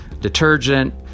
detergent